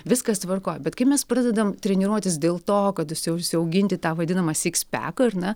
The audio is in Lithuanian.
viskas tvarkoj bet kai mes pradedam treniruotis dėl to kad užsi užsiauginti tą vadinamą sikspeką ar ne